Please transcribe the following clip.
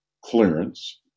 clearance